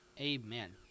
Amen